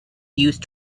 used